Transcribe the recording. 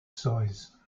size